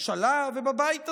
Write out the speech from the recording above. בממשלה ובבית הזה?